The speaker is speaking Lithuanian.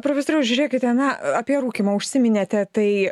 profesoriau žiūrėkite na apie rūkymą užsiminėte tai